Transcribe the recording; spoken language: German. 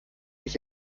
mich